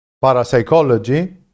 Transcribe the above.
parapsychology